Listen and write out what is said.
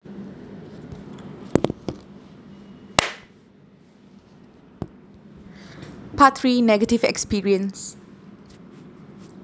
part three negative experience